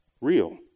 real